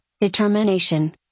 determination